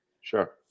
Sure